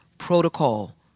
protocol